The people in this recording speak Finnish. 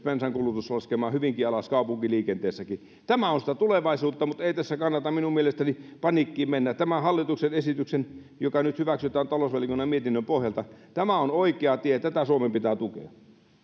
bensankulutus laskemaan hyvinkin alas kaupunkiliikenteessäkin tämä on sitä tulevaisuutta mutta ei tässä kannata minun mielestäni paniikkiin mennä tämä hallituksen esitys joka nyt hyväksytään talousvaliokunnan mietinnön pohjalta on oikea tie tätä suomen pitää tukea